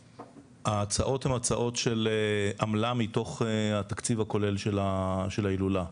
ההצעות הן הצעות של עמלה מתוך התקציב הכולל של ההילולה.